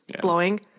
blowing